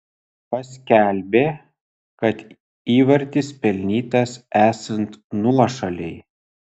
paskelbė kad įvartis pelnytas esant nuošalei